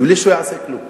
בלי שהוא יעשה דבר,